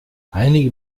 einige